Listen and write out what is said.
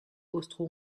austro